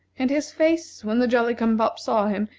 and his face, when the jolly-cum-pop saw him,